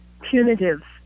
punitive